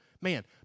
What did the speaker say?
man